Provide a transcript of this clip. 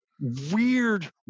weird